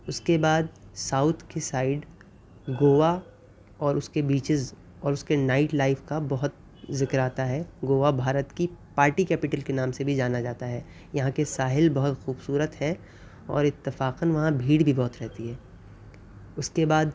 اس کے بعد ساؤتھ کے سائڈ گوا اور اس کے بیچز اور اس کے نائٹ لائف کا بہت ذکرآتا ہے گووا بھارت کی پارٹی کیپٹل کے نام سے بھی جانا جاتا ہے یہاں کے ساحل بہت خوبصورت ہیں اور اتفاقاً وہاں بھیڑ بھی بہت رہتی ہے اس کے بعد